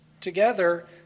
together